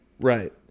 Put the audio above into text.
Right